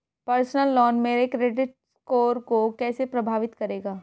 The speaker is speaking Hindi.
पर्सनल लोन मेरे क्रेडिट स्कोर को कैसे प्रभावित करेगा?